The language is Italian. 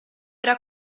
era